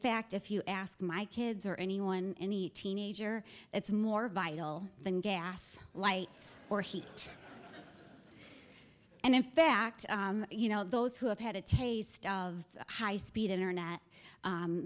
fact if you ask my kids or anyone any teenager it's more vital than gas lights or heat and in fact you know those who have had a taste of high speed internet